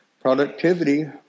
productivity